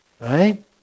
Right